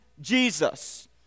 Jesus